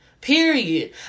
Period